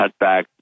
cutback